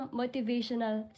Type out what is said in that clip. motivational